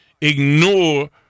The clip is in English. ignore